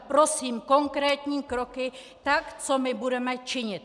Prosím konkrétní kroky, co my budeme činit!